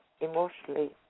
emotionally